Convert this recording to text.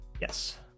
Yes